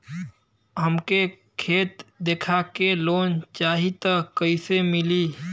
हमके खेत देखा के लोन चाहीत कईसे मिली?